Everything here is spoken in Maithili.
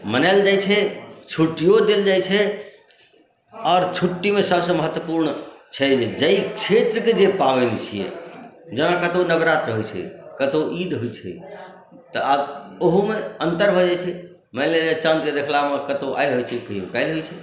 मनायल जाइत छै छुट्टियो देल जाइ छै आओर छुट्टीमे सभसँ महत्वपूर्ण छै जाहि क्षेत्रके जे पाबनि होइत छै जेना कतहु नवरात्र होइत छै कतहु ईद होइत छै तऽ आब ओहोमे अन्तर भऽ जाइत छै मानि लिअ जे चाँदके देखलामे कतहु आइ होइत छै कतहु काल्हि होइत छै